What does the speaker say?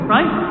Right